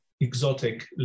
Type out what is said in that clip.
exotic